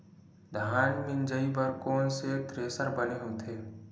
धान मिंजई बर कोन से थ्रेसर बने होथे?